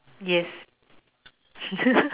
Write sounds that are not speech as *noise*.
yes *laughs*